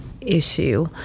issue